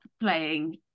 playing